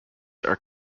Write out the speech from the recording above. are